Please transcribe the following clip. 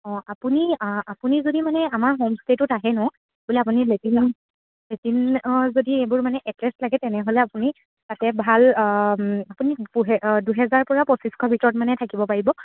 অঁ আপুনি আ আপুনি যদি মানে আমাৰ হোমষ্টে'টোত আহে ন বোলে আপুনি লেট্ৰিন লেটিনৰ যদি এইবোৰ মানে এটেচ লাগে তেনেহ'লে আপুনি তাতে ভাল আপুনি দুহেজাৰ পৰা পঁচিছশ ভিতৰত মানে থাকিব পাৰিব